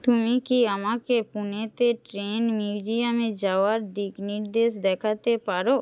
তুমি কি আমাকে পুণেতে ট্রেন মিউজিয়ামে যাওয়ার দিকনির্দেশ দেখাতে পার